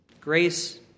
Grace